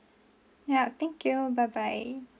yeah thank you bye bye